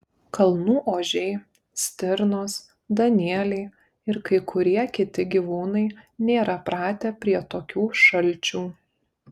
kalnų ožiai stirnos danieliai ir kai kurie kiti gyvūnai nėra pratę prie tokių šalčių